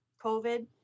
COVID